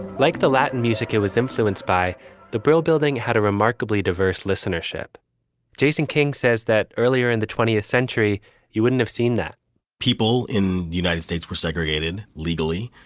like the latin music it was influenced by the brill building had a remarkably diverse listenership jason king says that earlier in the twentieth century you wouldn't have seen that people in the united states were segregated legally,